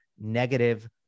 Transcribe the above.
negative